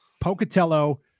pocatello